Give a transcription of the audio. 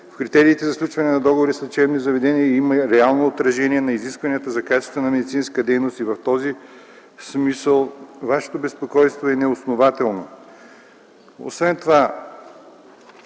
В критериите за сключване на договори с лечебни заведения има реално отражение на изискванията за качествена медицинска дейност и в този смисъл Вашето безпокойство е неоснователно.